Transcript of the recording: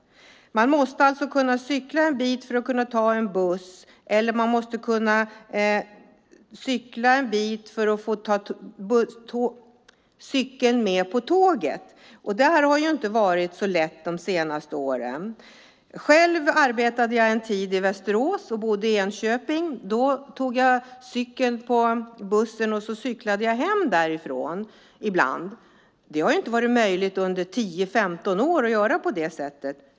Man måste kunna cykla en bit för att sedan ta en buss eller för att sedan ta cykeln med på tåget. Det har inte varit så lätt de senaste åren. Själv arbetade jag en tid i Västerås och bodde i Enköping. Då tog jag cykeln på bussen och så cyklade jag hem därifrån ibland. Det har inte varit möjligt under 10-15 år att göra på det sättet.